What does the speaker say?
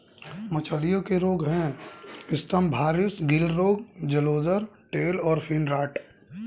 मछलियों के रोग हैं स्तम्भारिस, गिल रोग, जलोदर, टेल और फिन रॉट